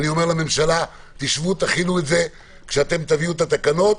אני אומר לממשלה: שבו ותכינו את זה כשתביאו את התקנות.